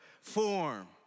form